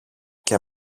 και